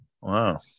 Wow